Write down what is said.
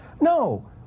No